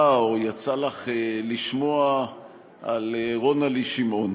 או יצא לך לשמוע על רונה-לי שמעון.